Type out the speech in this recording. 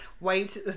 wait